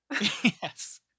Yes